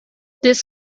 this